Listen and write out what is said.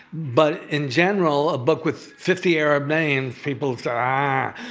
but in general a book with fifty arab names, people ah